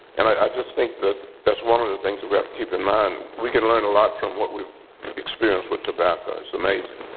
and i just think that that's one of the things we have to keep in mind. we can learn a lot from what we've experienced with tobacco, it's amazing!